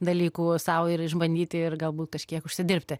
dalykų sau ir išbandyti ir galbūt kažkiek užsidirbti